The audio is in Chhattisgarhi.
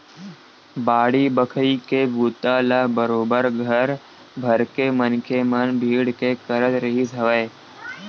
बाड़ी बखरी के बूता ल बरोबर घर भरके मनखे मन भीड़ के करत रिहिस हवय